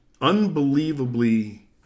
unbelievably